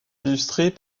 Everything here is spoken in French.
illustrés